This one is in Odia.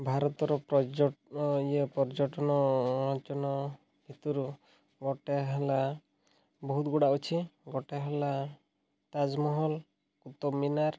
ଭାରତର ପର୍ଯ୍ୟଟନ ଇଏ ପର୍ଯ୍ୟଟନ ଅଞ୍ଚଳ ଭିତରୁ ଗୋଟେ ହେଲା ବହୁତ ଗୁଡ଼ାଏ ଅଛି ଗୋଟେ ହେଲା ତାଜମହଲ୍ କୁତବ୍ ମିନାର୍